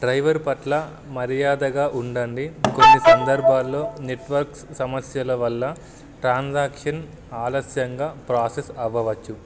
driver పట్ల మర్యాదగా ఉండండి కొన్ని సందర్భాల్లో నెట్వర్క్ సమస్యల వల్ల ట్రాన్సాక్షన్ ఆలస్యంగా ప్రాసెస్ అవ్వవచ్చు